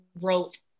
wrote